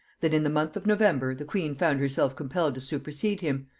that in the month of november the queen found herself compelled to supersede him,